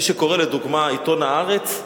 מי שקורא לדוגמה עיתון "הארץ",